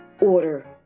order